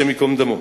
השם ייקום דמו.